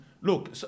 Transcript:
Look